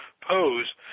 pose